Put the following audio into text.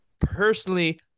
Personally